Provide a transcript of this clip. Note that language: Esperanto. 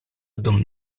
dum